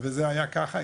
וזה היה ככה.